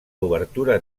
obertura